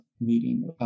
meeting